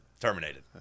terminated